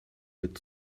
mit